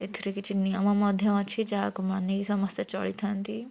ଏଥିରେ କିଛି ନିୟମ ମଧ୍ୟ ଅଛି ଯାହାକୁ ମାନିକି ସମସ୍ତେ ଚଳିଥାନ୍ତି